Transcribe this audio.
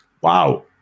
wow